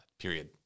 period